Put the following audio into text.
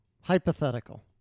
Hypothetical